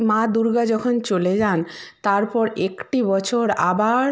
মা দুর্গা যখন চলে যান তারপর একটি বছর আবার